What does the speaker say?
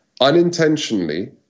unintentionally –